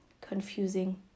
confusing